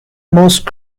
most